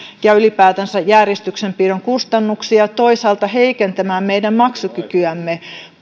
ja ylipäätänsä järjestyksenpidon kustannuksia ja toisaalta heikentämään meidän maksukykyämme